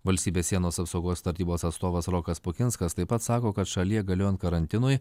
valstybės sienos apsaugos tarnybos atstovas rokas pukinskas taip pat sako kad šalyje galiojant karantinui